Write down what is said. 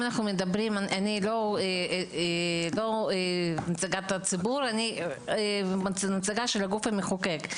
אני נציגה של הגוף המחוקק,